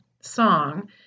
song